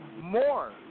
more